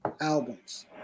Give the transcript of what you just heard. albums